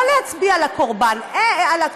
לא להצביע על התוקף,